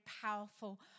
powerful